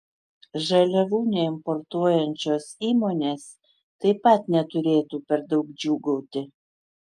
žaliavų neimportuojančios įmonės taip pat neturėtų per daug džiūgauti